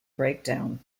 breakdown